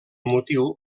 motiu